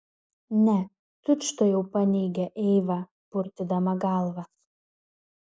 ne tučtuojau paneigė eiva purtydama galvą